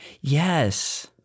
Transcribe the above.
yes